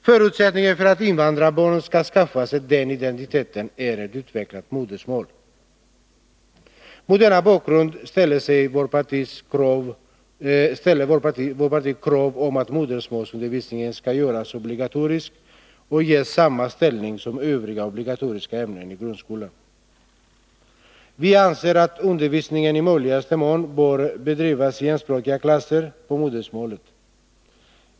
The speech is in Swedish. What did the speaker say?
Förutsättningen för att invandrarbarnen skall skaffa sig den identiteten är ett utvecklat modersmål. Mot denna bakgrund ställer vårt parti krav om att modermålsundervisningen skall göras obligatorisk och ges samma ställning som Övriga obligatoriska ämnen i grundskolan. Vi anser att undervisningen i möjligaste mån bör bedrivas i enspråkiga klasser på modersmålet.